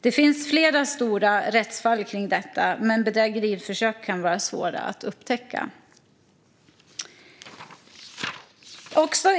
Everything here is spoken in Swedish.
Det finns flera stora rättsfall gällande detta, men bedrägeriförsök kan vara svåra att upptäcka.